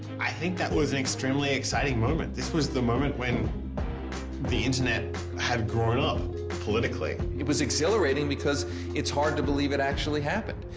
i think that was an extremenly exciting moment, this was the moment when the internet had grown up politically. it was exhilarating because its hard to believe that it actually happened.